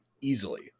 easily